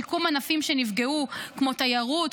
שיקום ענפים שנפגעו כמו תיירות,